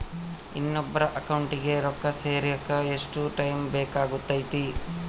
ಇನ್ನೊಬ್ಬರ ಅಕೌಂಟಿಗೆ ರೊಕ್ಕ ಸೇರಕ ಎಷ್ಟು ಟೈಮ್ ಬೇಕಾಗುತೈತಿ?